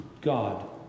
God